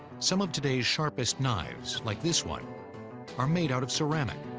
some of today's sharpest knives like this one are made out of ceramic,